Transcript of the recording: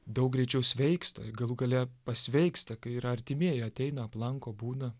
daug greičiau sveiksta galų gale pasveiksta kai ir artimieji ateina aplanko būna